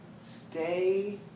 stay